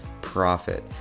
profit